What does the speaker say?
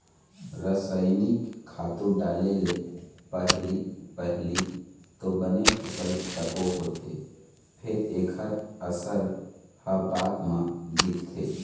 रसइनिक खातू डाले ले पहिली पहिली तो बने फसल तको होथे फेर एखर असर ह बाद म दिखथे